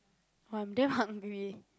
I'm that hungry